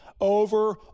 over